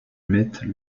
mettent